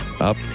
up